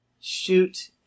shoot